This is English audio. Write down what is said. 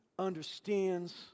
understands